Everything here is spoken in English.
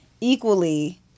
Equally